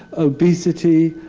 obesity,